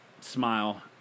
smile